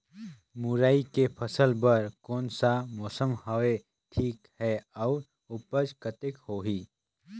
मुरई के फसल बर कोन सा मौसम हवे ठीक हे अउर ऊपज कतेक होही?